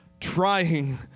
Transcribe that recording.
trying